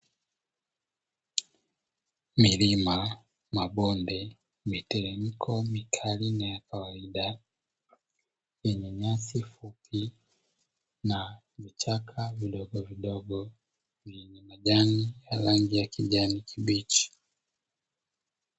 Milima, mabonde, miteremko mikali na ya kawaida yenye nyasi fupi na vichaka vidogo vidogo vyenye majani ya rangi ya kijani kibichi.